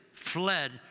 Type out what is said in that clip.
fled